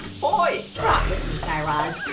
boy trot with me, guy raz.